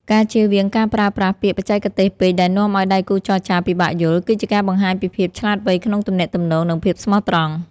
ការជៀសវាងការប្រើប្រាស់ពាក្យបច្ចេកទេសពេកដែលនាំឱ្យដៃគូចរចាពិបាកយល់ គឺជាការបង្ហាញពីភាពឆ្លាតវៃក្នុងទំនាក់ទំនង និងភាពស្មោះត្រង់។